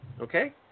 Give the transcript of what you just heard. okay